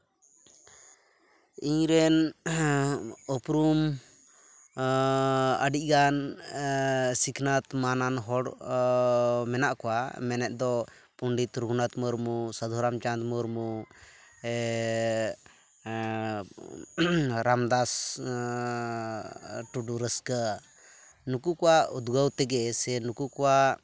ᱤᱧ ᱨᱮᱱ ᱩᱯᱨᱩᱢ ᱟᱹᱰᱤᱜᱟᱱ ᱥᱤᱠᱷᱱᱟᱹᱛ ᱢᱟᱱᱟᱱ ᱦᱚᱲ ᱢᱮᱱᱟᱜ ᱠᱚᱣᱟ ᱢᱮᱱᱮᱫ ᱫᱚ ᱯᱚᱱᱰᱤᱛ ᱨᱚᱜᱷᱩᱱᱟᱛᱷ ᱢᱩᱨᱢᱩ ᱥᱟᱫᱷᱩ ᱨᱟᱢᱪᱟᱸᱫᱽ ᱢᱩᱨᱢᱩ ᱨᱟᱢᱫᱟᱥ ᱴᱩᱰᱩ ᱨᱟᱹᱥᱠᱟᱹ ᱱᱩᱠᱩ ᱠᱚᱣᱟᱜ ᱩᱫᱽᱜᱟᱹᱣ ᱛᱮᱜᱮ ᱥᱮ ᱱᱩᱠᱩ ᱠᱚᱣᱟᱜ